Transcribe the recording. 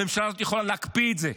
הממשלה הזאת יכולה להקפיא את זה,